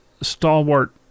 stalwart